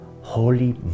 Holy